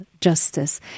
justice